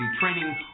training